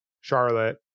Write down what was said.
Charlotte